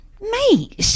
Mate